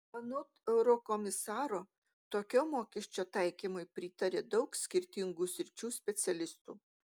anot eurokomisaro tokio mokesčio taikymui pritaria daug skirtingų sričių specialistų